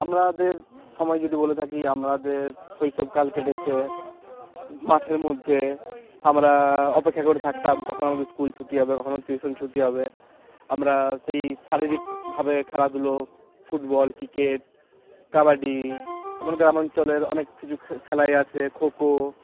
আমরাদের সময় যদি বলে থাকি আমরাদের শৈশবকাল কেটেছে মাঠের মধ্যে আমরা অপেক্ষা করে থাকতাম কখনও আমাদের স্কুল ছুটি হবে কখনও টিউশন ছুটি হবে আমরা সেই শারীরিকভাবে খেলাধুলো ফুটবল ক্রিকেট কাবাডি আমার গ্রামাঞ্চলের অনেক কিছু খেলাই আছে খো খো